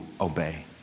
obey